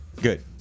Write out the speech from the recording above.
Good